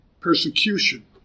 persecution